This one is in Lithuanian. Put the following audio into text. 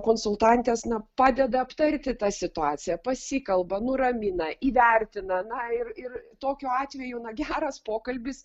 konsultantės na padeda aptarti tą situaciją pasikalba nuramina įvertina na ir ir tokiu atveju na geras pokalbis